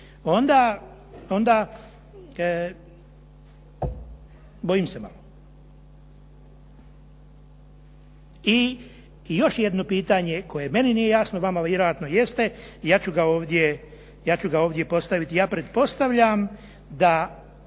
pitanje, onda bojim se malo. I još jedno pitanje koje meni nije jasno, vama vjerojatno jeste, ja ću ga ovdje postaviti. Ja pretpostavljam da